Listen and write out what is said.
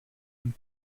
and